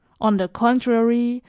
on the contrary,